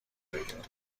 بگیرید